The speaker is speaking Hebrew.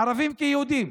ערבים כיהודים,